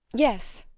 yes,